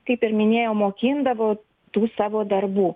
kaip ir minėjau mokindavo tų savo darbų